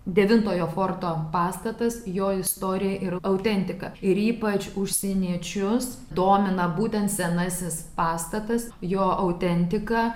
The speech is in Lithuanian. devintojo forto pastatas jo istorija ir autentika ir ypač užsieniečius domina būtent senasis pastatas jo autentika